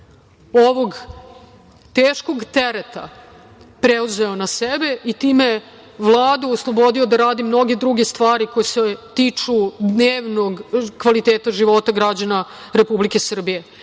ovog teškog tereta preuzeo na sebe i time Vladu oslobodio da radi mnoge druge stvari koje se tiče dnevnog kvaliteta života građana Republike Srbije.Za